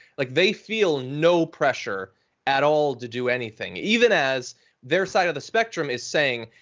like they feel no pressure at all to do anything even as their side of the spectrum is saying,